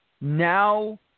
now